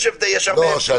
יש הרבה הבדלים.